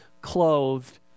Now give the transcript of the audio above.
clothed